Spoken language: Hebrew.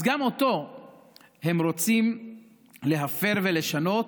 אז גם אותו הם רוצים להפר ולשנות,